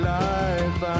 life